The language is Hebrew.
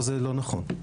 זה לא נכון.